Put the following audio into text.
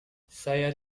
saya